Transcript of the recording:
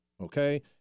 Okay